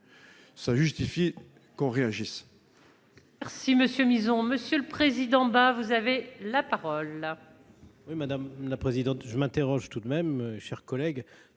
ça justifie qu'on réagisse.